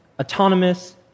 autonomous